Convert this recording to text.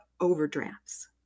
overdrafts